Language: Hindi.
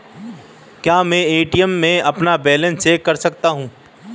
क्या मैं ए.टी.एम में अपना बैलेंस चेक कर सकता हूँ?